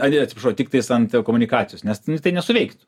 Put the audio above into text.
ai ne atsiprašau tiktais ant komunikacijos nes tai nesuveiktų